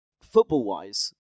football-wise